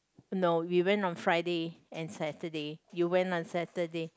no we went on Friday and Saturday you went on Saturday